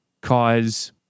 cause